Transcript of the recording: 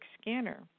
Scanner